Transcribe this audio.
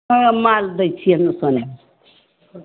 hall माल दै छियनि सोना